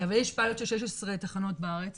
אבל יש פיילוט של 16 תחנות בארץ,